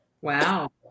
Wow